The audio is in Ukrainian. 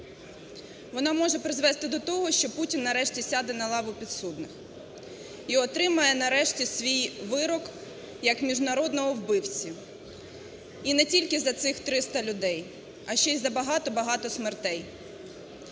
Вона може призвести до того, що Путін нарешті сяде на лаву підсудних і отримає нарешті свій вирок як міжнародного вбивці, і не тільки за цих 300 людей, а ще й за багато-багато смертей.